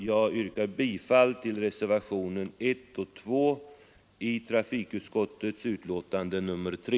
Jag yrkar bifall till reservationerna 1 och 2 vid trafikutskottets betänkande nr 3.